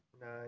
nine